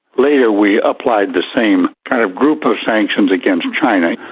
later we applied the same kind of group of sanctions against china.